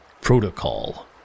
protocol